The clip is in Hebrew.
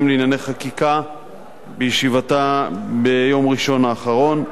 לענייני חקיקה בישיבתה ביום ראשון האחרון,